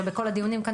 ובכל הדיונים כאן,